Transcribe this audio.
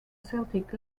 celtic